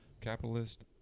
capitalist